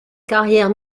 carrière